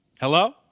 Hello